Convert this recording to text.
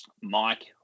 Mike